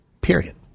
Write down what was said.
period